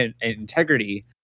integrity